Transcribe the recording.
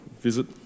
visit